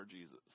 Jesus